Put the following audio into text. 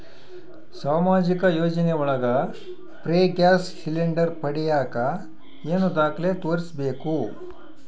ಸಾಮಾಜಿಕ ಯೋಜನೆ ಒಳಗ ಫ್ರೇ ಗ್ಯಾಸ್ ಸಿಲಿಂಡರ್ ಪಡಿಯಾಕ ಏನು ದಾಖಲೆ ತೋರಿಸ್ಬೇಕು?